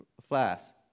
flask